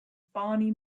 barney